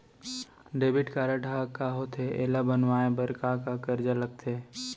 Debit card ह का होथे एला बनवाए बर का का कागज लगथे?